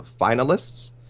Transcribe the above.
finalists